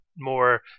more